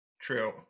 True